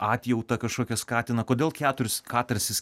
atjautą kažkokią skatina kodėl keturis katarsis